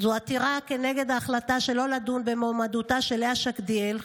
זו עתירה כנגד ההחלטה שלא לדון במועמדותה של לאה שקדיאל,